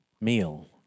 meal